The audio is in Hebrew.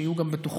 שיהיו גם בטוחות,